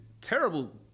terrible